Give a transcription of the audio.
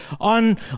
on